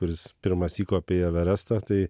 kuris pirmas įkopė į everestą tai